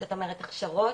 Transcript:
זאת אומרת הכשרות,